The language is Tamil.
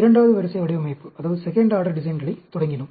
இரண்டாவது வரிசை வடிவமைப்புகளைத் தொடங்கினோம்